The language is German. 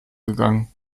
gegangen